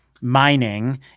mining